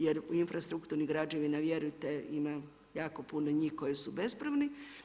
Jer u infrastrukturne građevine vjerujte ima jako puno njih koji su bespravni.